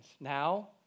now